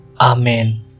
amen